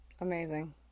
Amazing